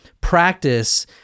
practice